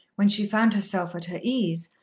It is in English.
when she found herself at her ease,